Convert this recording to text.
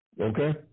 Okay